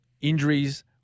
injuries